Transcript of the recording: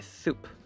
soup